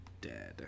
dead